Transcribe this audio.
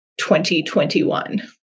2021